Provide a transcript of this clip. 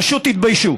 פשוט תתביישו.